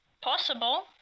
possible